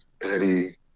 Eddie